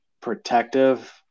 protective